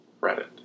Reddit